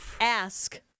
ask